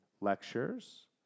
lectures